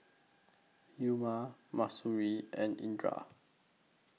Umar Mahsuri and Indra